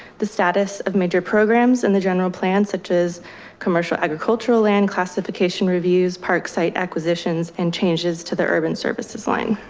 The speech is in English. the status of major programs and the general plan such as commercial agricultural land classification reviews, park site acquisitions and changes to the urban services line.